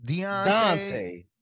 Dante